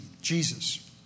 Jesus